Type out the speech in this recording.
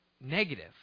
negative